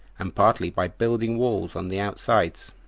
and partly by building walls on the outsides.